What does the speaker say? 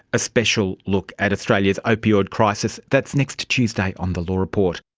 a special look at australia's opioid crisis, that's next tuesday on the law report.